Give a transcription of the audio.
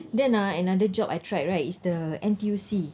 then ah another job I tried right is the N_T_U_C